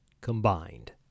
combined